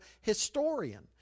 historian